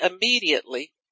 immediately